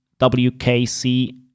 WKC